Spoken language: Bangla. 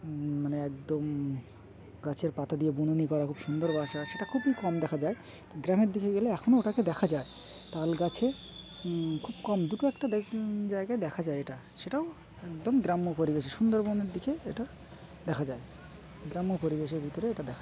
মানে একদম গাছের পাতা দিয়ে বুননি করা খুব সুন্দর বাসা সেটা খুবই কম দেখা যায়ো গ্রামের দিকে গেলে এখনও ওটাকে দেখা যায় তাল গাছে খুব কম দুটো একটা জায়গায় দেখা যায় এটা সেটাও একদম গ্রাম্য পরিবেশে সুন্দরবনের দিকে এটা দেখা যায় গ্রাম্য পরিবেশের ভিতরে এটা দেখা যায়